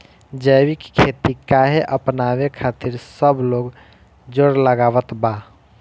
जैविक खेती काहे अपनावे खातिर सब लोग जोड़ लगावत बा?